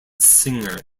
singer